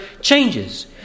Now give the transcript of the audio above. changes